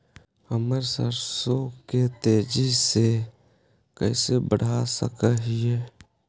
हम सरसों के तेजी से कैसे बढ़ा सक हिय?